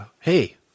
hey